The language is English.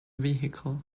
vehicle